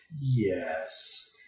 yes